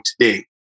today